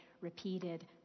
repeated